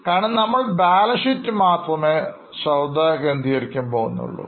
കാരണം നമ്മൾ balance sheet മാത്രമേ ശ്രദ്ധ കേന്ദ്രീകരിക്കാൻ പോകുന്നുള്ളൂ